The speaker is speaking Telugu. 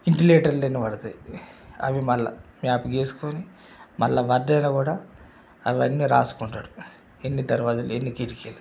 వెంటిలేటర్లు ఎన్ని పడతాయి అవి మళ్ళా మ్యాప్ వేసుకొని మళ్ళా వండ్లాయన కూడా అవన్నీ రాసుకుంటాడు ఎన్ని దర్వాజాలు ఎన్ని కిటికీలు